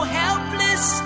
helpless